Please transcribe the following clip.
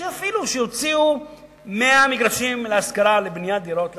שיוציאו 100 מגרשים לבניית דירות להשכרה,